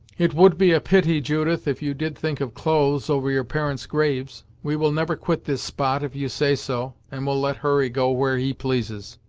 it would be a pity, judith, if you did think of clothes, over your parents' graves! we will never quit this spot, if you say so, and will let hurry go where he pleases.